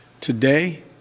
Today